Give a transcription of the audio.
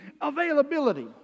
availability